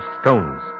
stones